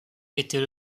était